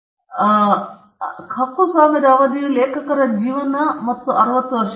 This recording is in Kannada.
ಆದ್ದರಿಂದ ಹಕ್ಕುಸ್ವಾಮ್ಯದ ಅವಧಿಯು ಲೇಖಕರ ಜೀವನ ಮತ್ತು 60 ವರ್ಷಗಳು